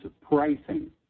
pricing